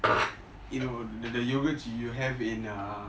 you know the the yoghurt you have in uh